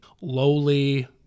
lowly